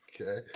Okay